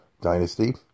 dynasty